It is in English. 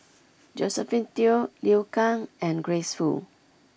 Josephine Teo Liu Kang and Grace Fu